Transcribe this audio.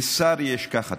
לשר יש ככה,